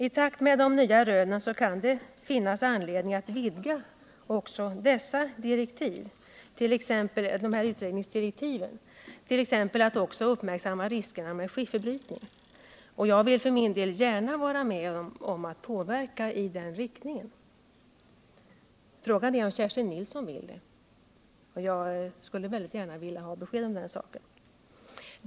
I takt med de nya rönen kan det finnas anledning att vidga dessa utredningsdirektiv för att t.ex. också uppmärksamma riskerna med skifferbrytning. Jag vill för min del gärna vara med om att påverka utvecklingen i den riktningen. Frågan är om Kerstin Nilsson vill det. Jag skulle gärna vilja ha besked om den saken.